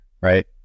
right